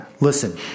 Listen